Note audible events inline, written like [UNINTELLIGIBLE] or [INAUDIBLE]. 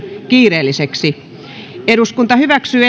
kiireelliseksi hyväksytty [UNINTELLIGIBLE]